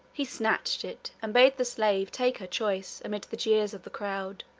he snatched it and bade the slave take her choice, amid the jeers of the crowd.